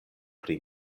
pri